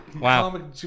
Wow